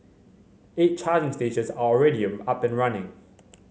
eight charging stations are already up and running